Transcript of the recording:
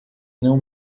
não